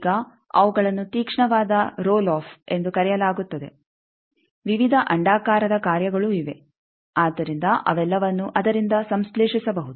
ಈಗ ಅವುಗಳನ್ನು ತೀಕ್ಷ್ಣವಾದ ರೋಲ್ ಆಫ್ ಎಂದು ಕರೆಯಲಾಗುತ್ತದೆ ವಿವಿಧ ಅಂಡಾಕಾರದ ಕಾರ್ಯಗಳೂ ಇವೆ ಆದ್ದರಿಂದ ಅವೆಲ್ಲವನ್ನೂ ಅದರಿಂದ ಸಂಶ್ಲೇಷಿಸಬಹುದು